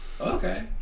Okay